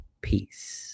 peace